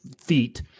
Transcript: feet